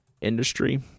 industry